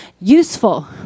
Useful